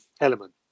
element